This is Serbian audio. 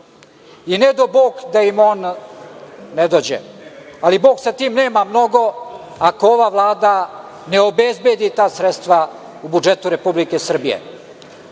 i ne dao bog da im on ne dođe. Ali, Bog sa tim nema mnogo, ako ova Vlada ne obezbedi ta sredstva u budžetu Republike Srbije.